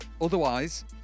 Otherwise